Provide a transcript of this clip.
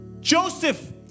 Joseph